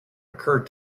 occurred